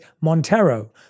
Montero